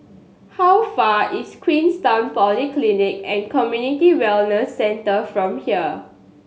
how far is Queenstown Polyclinic and Community Wellness Centre from here